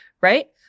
right